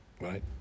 Right